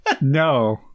No